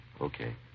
Okay